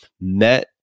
met